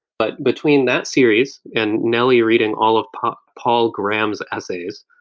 but between that series and nelly reading all of paul paul graham's essays,